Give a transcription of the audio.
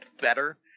better